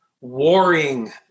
warring